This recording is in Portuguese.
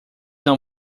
não